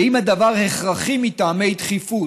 ואם הדבר הכרחי "מטעמי דחיפות".